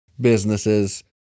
businesses